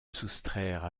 soustraire